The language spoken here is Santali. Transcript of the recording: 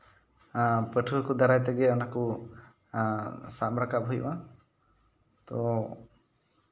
ᱯᱟᱹᱴᱷᱩᱣᱟᱹ ᱠᱚ ᱫᱟᱨᱟᱭ ᱛᱮᱜᱮ ᱚᱱᱟᱠᱚ ᱥᱟᱵ ᱨᱟᱠᱟᱵ ᱦᱩᱭᱩᱜᱼᱟ ᱛᱚ